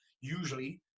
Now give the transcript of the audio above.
usually